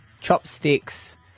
Chopsticks